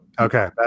Okay